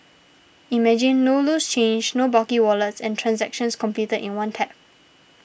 imagine no loose change no bulky wallets and transactions completed in one tap